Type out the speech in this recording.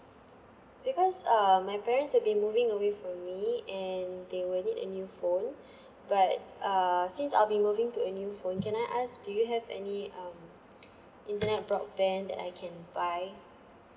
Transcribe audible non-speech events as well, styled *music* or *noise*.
because ah my parents will be moving away from me and they will need a new phone *breath* but ah since I'll be moving to a new phone can I ask do you have any um *breath* *noise* internet broadband that I can buy